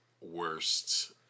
worst